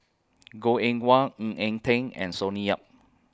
Goh Eng Wah Ng Eng Teng and Sonny Yap